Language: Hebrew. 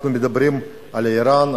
אנחנו מדברים על אירן,